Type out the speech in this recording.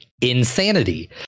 insanity